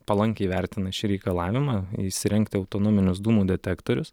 palankiai vertina šį reikalavimą įsirengti autonominius dūmų detektorius